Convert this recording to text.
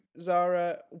Zara